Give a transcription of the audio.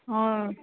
ହଁ